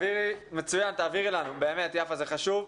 מציין תעבירי לנו, זה חשוב.